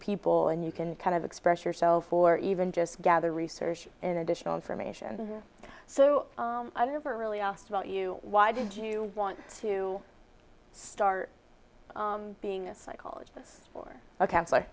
people and you can kind of express yourself or even just gather research in additional information so i never really asked about you why did you want to start being a psychologist or a c